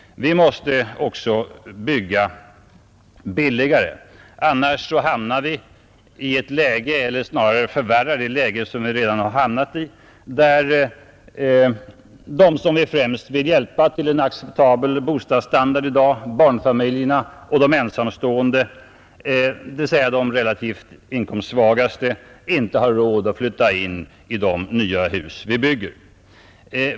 Vi måste också bygga billigare. Annars förvärrar vi det läge som vi hamnat i, där de vi främst vill hjälpa till en acceptabel bostadsstandard i dag — barnfamiljerna och de ensamstående, dvs. de relativt inkomstsvagaste — inte har råd att flytta in i de nya hus som vi bygger.